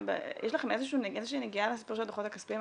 יש לכם איזה שהיא נגיעה לסיפור של הדוחות הכספיים?